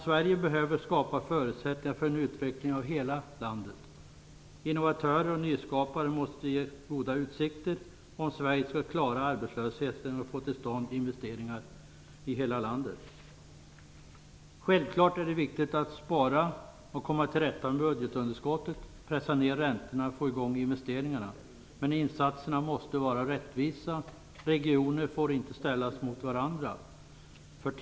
Sverige behöver skapa förutsättningar för en utveckling av hela landet. Innovatörer och nyskapare måste ges goda utsikter om Sverige skall klara arbetslösheten och få till stånd investeringar i hela landet. Självfallet är det viktigt att spara och komma till rätta med budgetunderskottet, pressa ner räntorna och få igång investeringarna. Men insatserna måste vara rättvisa. Regioner får inte ställas mot varandra. Fru talman!